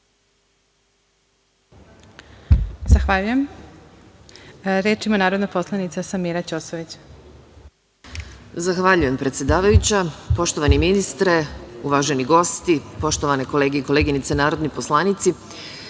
Zahvaljujem. Reč ima narodna poslanica Samira Ćosović. **Samira Ćosović** Zahvaljujem, predsedavajuća. Poštovani ministre, uvaženi gosti, poštovane kolege i koleginice narodni poslanici,